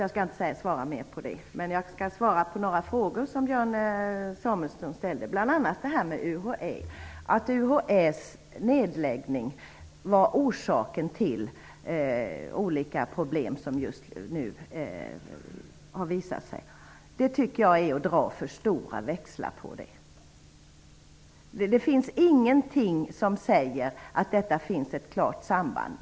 Jag skall inte säga mer om det. Men jag skall svara på några frågor som Björn Samuelson ställde. Han tog bl.a. upp UHÄ. Att UHÄ:s nedläggning var orsaken till olika problem som just nu har visat sig tycker jag är att dra för stora växlar. Det finns ingenting som säger att det finns ett klart samband.